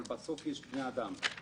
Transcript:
אבל בסוף יש בני אדם.